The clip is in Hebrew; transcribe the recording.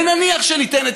ונניח שניתן את